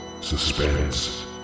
Suspense